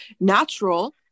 natural